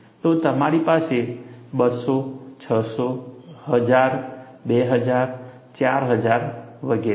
તો તમારી પાસે 200 600 1000 2000 4000 વગેરે છે